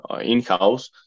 in-house